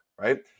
Right